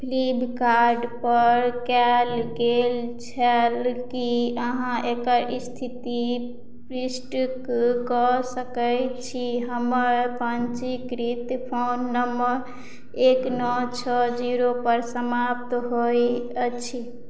Flipkart पर कयल गेल छल की अहाँ एकर स्थितिक पुष्टि कऽ सकैत छी हमर पञ्जीकृत फोन नंबर एक नओ छओ जीरो पर समाप्त होइत अछि